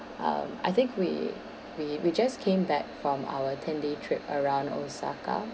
uh I think we we we just came back from our ten day trip around osaka